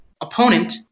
opponent